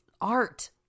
art